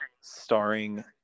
starring